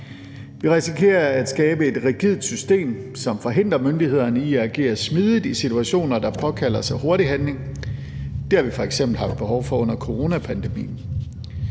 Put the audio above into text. Vi risikerer at skabe et rigidt system, som forhindrer myndighederne i at agere smidigt i situationer, der påkalder sig hurtig handling. Det har vi f.eks. haft behov for under coronapandemien.